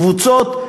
קבוצות,